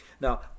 Now